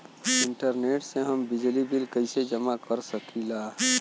Internet से हम बिजली बिल कइसे जमा कर सकी ला?